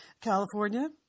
California